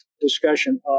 discussion